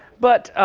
but